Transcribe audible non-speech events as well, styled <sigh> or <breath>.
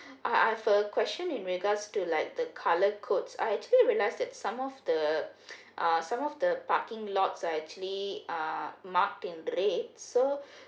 I I've a question in regards to like the colour codes I actually realise that some of the <breath> uh some of the parking lot are actually uh mark in the red so